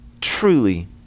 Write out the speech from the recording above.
truly